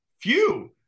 phew